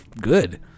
good